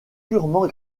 purement